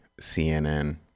CNN